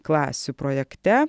klasių projekte